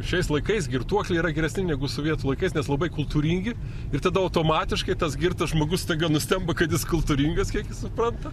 šiais laikais girtuokliai yra geresni negu sovietų laikais nes labai kultūringi ir tada automatiškai tas girtas žmogus staiga nustemba kad jis kultūringas kiek jis supranta